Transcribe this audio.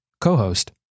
co-host